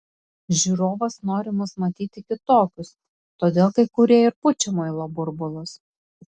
žiūrovas nori mus matyti kitokius todėl kai kurie ir pučia muilo burbulus